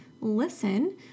listen